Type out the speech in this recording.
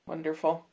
Wonderful